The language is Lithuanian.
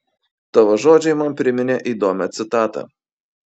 tavo žodžiai man priminė įdomią citatą